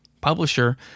publisher